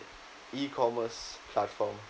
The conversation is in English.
E-commerce platform